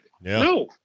No